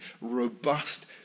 robust